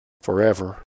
forever